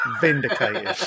Vindicated